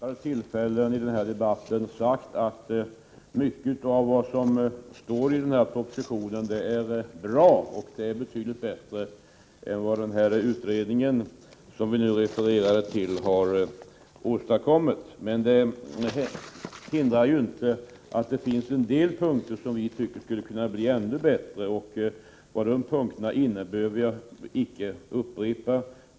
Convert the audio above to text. Fru talman! Jag har vid upprepade tillfällen i debatten sagt att mycket av det som står i propositionen är bra, betydligt bättre än vad den kommitté som vi refererar till har åstadkommit. Men det hindrar inte att det finns en del punkter som vi tycker kan bli ännu bättre. Vad detta innebär behöver jag icke upprepa.